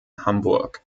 hamburg